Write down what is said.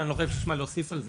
אין מה להוסיף על זה.